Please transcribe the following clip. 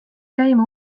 käima